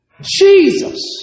Jesus